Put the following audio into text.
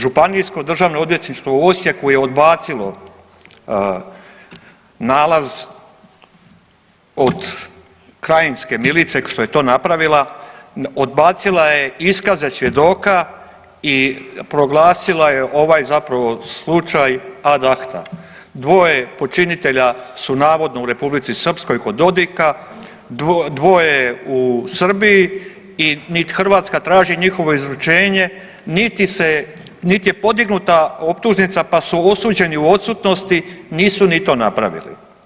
Županijsko državno odvjetništvo u Osijeku je odbacilo nalaz od krajinske milicije što je to napravila, odbacila je iskaze svjedoka i proglasila je ovaj zapravo slučaj ad acta, dvoje počinitelja su navodno u Republici Srpskoj kod Dodika, dvoje je u Srbiji i nit Hrvatska traži njihovo izručenje, niti se je, niti je podignuta optužnica, pa su osuđeni u odsutnosti, nisu ni to napravili.